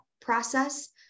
process